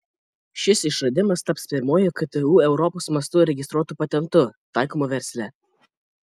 šis išradimas taps pirmuoju ktu europos mastu registruotu patentu taikomu versle